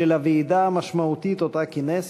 של הוועידה המשמעותית שכינס,